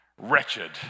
Wretched